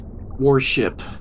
warship